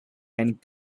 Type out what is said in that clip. and